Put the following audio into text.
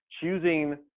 choosing